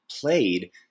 played